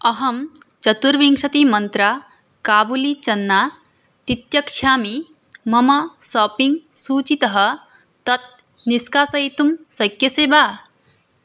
अहं चतुर्विंशतिः मन्त्रा काबुलि चन्ना तितिक्षामि मम साप्पिङ्ग् सूचीतः तत् निष्कासयितुं शक्यसे वा